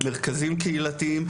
מרכזים קהילתיים.